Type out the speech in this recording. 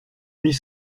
huit